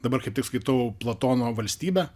dabar kaip tik skaitau platono valstybę